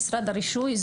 משרד הרישוי,